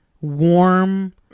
warm